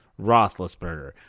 Roethlisberger